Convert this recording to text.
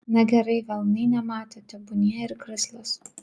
na gerai velniai nematė tebūnie ir krislas